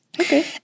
Okay